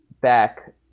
back